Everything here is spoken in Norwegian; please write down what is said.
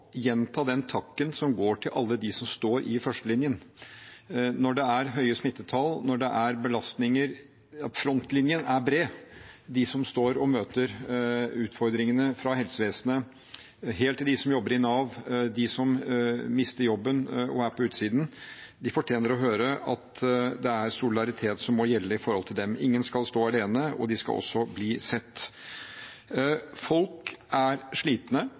takken som går til alle de som står i førstelinjen når det er høye smittetall, når det er belastninger – frontlinjen er bred. De som står og møter utfordringene, fra dem i helsevesenet helt til dem som jobber i Nav, de som mister jobben og er på utsiden, fortjener å høre at det er solidaritet som må gjelde for dem. Ingen skal stå alene, og de skal også bli sett. Folk er